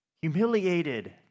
humiliated